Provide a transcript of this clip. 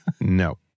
No